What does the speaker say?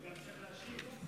הוא גם צריך להשיב, לא רק להקשיב.